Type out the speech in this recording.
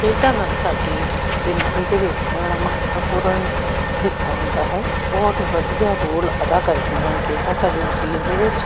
ਖੇਡਾਂ ਨਾਲ ਸਾਡੀ ਜ਼ਿੰਦਗੀ ਦੇ ਵਿੱਚ ਬੜਾ ਮਹੱਤਵਪੂਰਨ ਹਿੱਸਾ ਹੁੰਦਾ ਹੈ ਬਹੁਤ ਵਧੀਆ ਰੋਲ ਅਦਾ ਕਰਦੀਆਂ ਹਨ ਖੇਡਾਂ ਸਾਡੇ ਸਰੀਰ ਦੇ ਵਿੱਚ